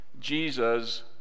Jesus